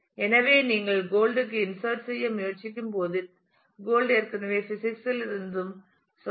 எனவே நீங்கள் தங்கத்தைச் இன்சட் செய்ய முயற்சிக்கும்போது தங்கம் ஏற்கனவே பிசிக்ஸ் இல் இருந்தும் சொன்னது